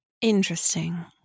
Interesting